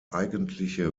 eigentliche